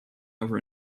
over